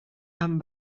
amb